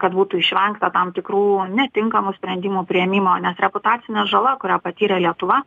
kad būtų išvengta tam tikrų netinkamų sprendimų priėmimo nes reputacinė žala kurią patyrė lietuva